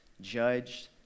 judged